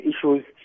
issues